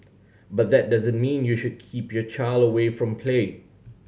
but that doesn't mean you should keep your child away from play